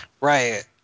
Right